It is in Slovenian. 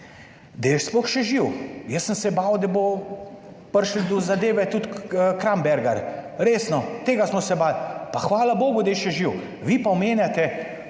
da je sploh še živ. Jaz sem se bal, da bo prišlo do zadeve, tudi Kramberger, resno, tega smo se bali, pa hvala bogu, da je še živ. Vi pa omenjate